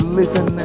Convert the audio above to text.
listen